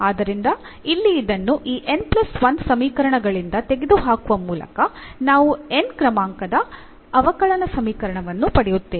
ಆದ್ದರಿಂದ ಇಲ್ಲಿ ಇದನ್ನು ಈ n 1 ಸಮೀಕರಣಗಳಿಂದ ತೆಗೆದುಹಾಕುವ ಮೂಲಕ ನಾವು n ನೇ ಕ್ರಮದ ಅವಕಲನ ಸಮೀಕರಣವನ್ನು ಪಡೆಯುತ್ತೇವೆ